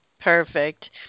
Perfect